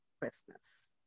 christmas